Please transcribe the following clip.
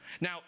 Now